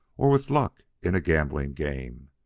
or with luck in a gambling game.